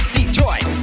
Detroit